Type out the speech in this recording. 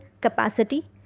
capacity